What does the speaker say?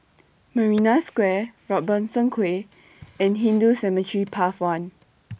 Marina Square Robertson Quay and Hindu Cemetery Path one